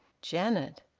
janet!